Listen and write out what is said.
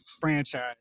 franchise